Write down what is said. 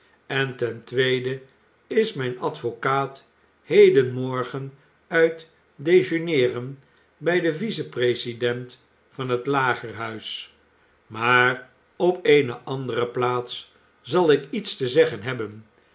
en ten tweede is mijn advocaat heden morgen uit dejeuneeren bij den vice-president van het lagerhuis maar op eene andere p'aats zal ik iets te zeggen hebben